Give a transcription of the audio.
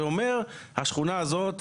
ואומר השכונה הזו,